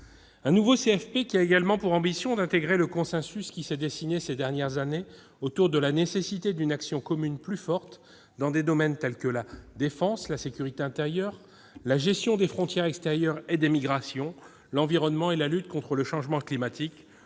Ce nouveau CFP a également pour ambition d'intégrer le consensus qui s'est dessiné ces dernières années autour de la nécessité d'une action commune plus forte dans des domaines tels que la défense, la sécurité intérieure, la gestion des frontières extérieures et des migrations, l'environnement et la lutte contre le changement climatique